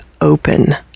open